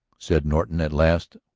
said norton at last,